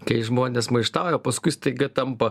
kai žmonės maištauja paskui staiga tampa